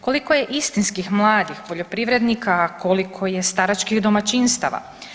Koliko je istinskih mladih poljoprivrednika, a koliko je staračkih domaćinstava?